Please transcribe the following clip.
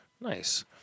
Nice